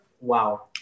Wow